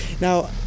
Now